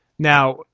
Now